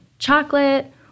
Chocolate